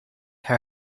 her